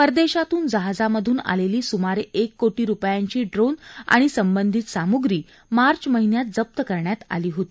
परदेशातून जहाजामधून आलेली सुमारे एक कोटी रुपयांची ड्रोन आणि संबंधित सामुग्री मार्च महिन्यात जप्त करण्यात आली होती